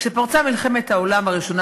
כשפרצה מלחמת העולם הראשונה,